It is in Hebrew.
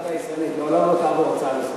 החלטה ישראלית, לזכותי.